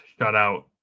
shutout